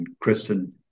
Kristen